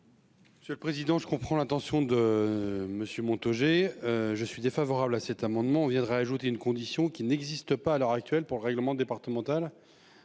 Monsieur le président. Je comprends l'intention de monsieur Montaugé. Je suis défavorable à cet amendement viendra ajouter une condition qui n'existe pas à l'heure actuelle pour le règlement départemental.